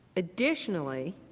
additionally,